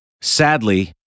Sadly